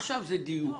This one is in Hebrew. עכשיו זה דיון.